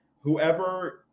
whoever